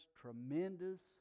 tremendous